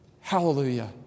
Hallelujah